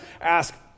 ask